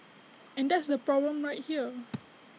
and that's the problem right there